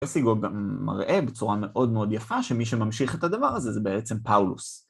סיגוג גם מראה, בצורה מאוד מאוד יפה, שמי שממשיך את הדבר הזה, זה בעצם פאולוס.